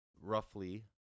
roughly